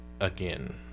again